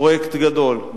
פרויקט גדול,